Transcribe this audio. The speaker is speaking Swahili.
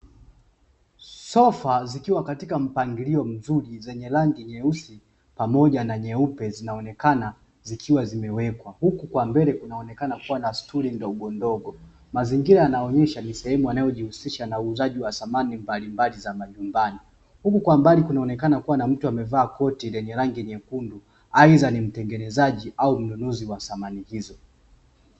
Sofa zikiwa katika mpangilio mzuri zenye rangi nyeusi pamoja na nyeupe zinaonekana zikiwa zimewekwa huku kwa mbele kunaonekana kuwa na sturi ndogondogo mazingira yanaonyesha ni sehemu inayojihusisha na uuzaji wa samani mbalimbali za majumban, huku kwa mbali kunaonekana kuwa na mtu amevaa koti lenye rangi nyekundu aidha ni mtengenezaji au mnunuzi wa samaani hizo.